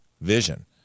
vision